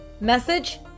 message